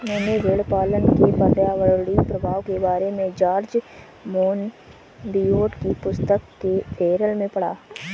मैंने भेड़पालन के पर्यावरणीय प्रभाव के बारे में जॉर्ज मोनबियोट की पुस्तक फेरल में पढ़ा